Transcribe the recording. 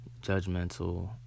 judgmental